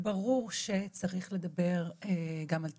ברור שצריך לדבר גם על טיפול,